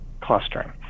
clustering